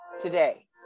today